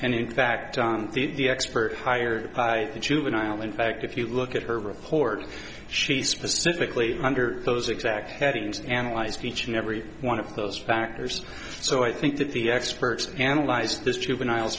and in fact the expert hired by the juvenile in fact if you look at her report she specifically under those exact headings analyzed each and every one of those factors so i think that the experts analyze this juvenile